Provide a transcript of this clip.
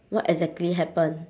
what exactly happen